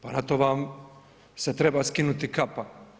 Pa na tom vam se treba skinuti kapa.